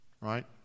right